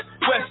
West